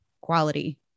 quality